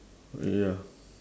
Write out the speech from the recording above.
ya